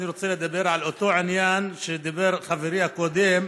אני רוצה לדבר על אותו עניין שדיבר חברי הקודם.